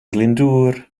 glyndŵr